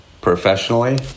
professionally